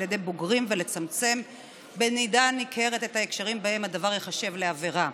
ידי בוגרים ולצמצם במידה ניכרת את ההקשרים שבהם הדבר ייחשב לעבירה.